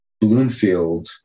Bloomfield